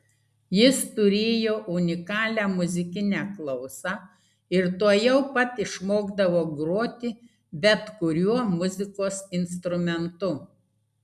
jis turėjo unikalią muzikinę klausą ir tuojau pat išmokdavo groti bet kuriuo muzikos instrumentu